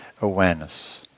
awareness